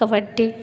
kabaddi